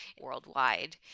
worldwide